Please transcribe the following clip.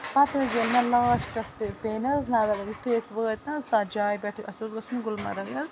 پَتہٕ حظ ییٚلہِ مےٚ لاسٹَس پیٚیہِ نَہ حظ نظر یُتھُے أسۍ وٲتۍ نَہ حظ تتھ جایہِ پٮ۪ٹھ اسہِ اوس گژھُن گُلمرگ حظ